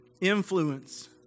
influence